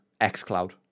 xCloud